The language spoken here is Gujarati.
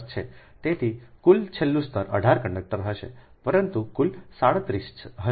તેથી કુલ છેલ્લું સ્તર 18 કંડક્ટર હશે પરંતુ કુલ 37 હશે